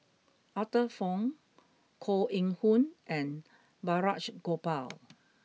Arthur Fong Koh Eng Hoon and Balraj Gopal